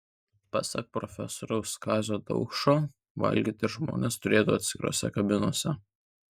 pasak profesoriaus kazio daukšo valgyti žmonės turėtų atskirose kabinose